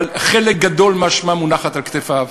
אבל חלק גדול מהאשמה מונח על כתפיו.